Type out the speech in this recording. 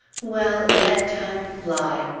well, let time fly.